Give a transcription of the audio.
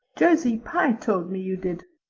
josie pye told me you did.